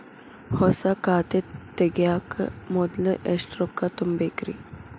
ಹೊಸಾ ಖಾತೆ ತಗ್ಯಾಕ ಮೊದ್ಲ ಎಷ್ಟ ರೊಕ್ಕಾ ತುಂಬೇಕ್ರಿ?